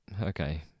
Okay